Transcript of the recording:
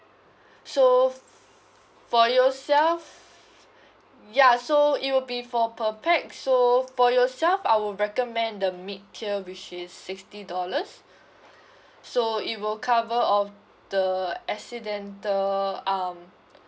so f~ for yourself ya so it will be for per pax so for yourself I'll recommend the mid tier which is sixty dollars so it will cover of the accidental um